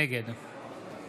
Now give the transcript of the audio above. נגד